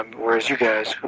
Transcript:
um whereas you guy,